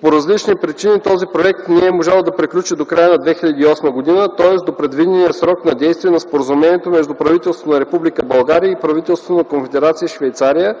По различни причини този проект не е могъл да приключи до края на 2008 г., тоест до предвидения срок на действие на Споразумението между правителството на Република България и правителството на Конфедерация Швейцария